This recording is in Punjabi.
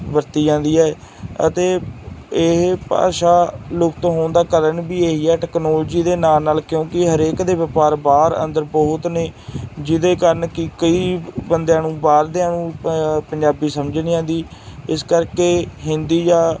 ਵਰਤੀ ਜਾਂਦੀ ਹੈ ਅਤੇ ਇਹ ਭਾਸ਼ਾ ਲੁਪਤ ਹੋਣ ਦਾ ਕਾਰਨ ਵੀ ਇਹੀ ਹੈ ਟੈਕਨੋਲਜੀ ਦੇ ਨਾਲ ਨਾਲ ਕਿਉਂਕਿ ਹਰੇਕ ਦੇ ਵਪਾਰ ਬਾਹਰ ਅੰਦਰ ਬਹੁਤ ਨੇ ਜਿਹਦੇ ਕਾਰਨ ਕਿ ਕਈ ਬੰਦਿਆਂ ਨੂੰ ਬਾਹਰ ਦਿਆਂ ਨੂੰ ਪੰਜਾਬੀ ਸਮਝ ਨਹੀਂ ਆਉਂਦੀ ਇਸ ਕਰਕੇ ਹਿੰਦੀ ਜਾਂ